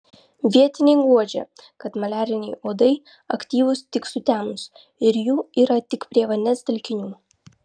vietiniai guodžia kad maliariniai uodai aktyvūs tik sutemus ir jų yra tik prie vandens telkinių